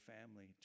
family